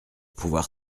pouvoir